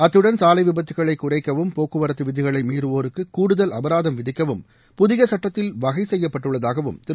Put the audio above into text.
அத்துடன் சாலை விபத்துகளை குறைக்கவும் போக்குவரத்து விதிகளை மீறுவோருக்கு கூடுதல் அபராதம் விதிக்கவும் புதிய சுட்டத்தில் வகை செய்யப்பட்டுள்ளதாகவும் திரு